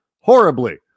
horribly